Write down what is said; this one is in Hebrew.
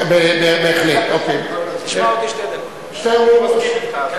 מבטיח, תשמע אותי שתי דקות, אני מסכים אתך.